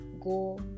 Go